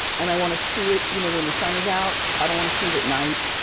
and i wanna see it, you know, when the sun is out. i don't wanna see it at night.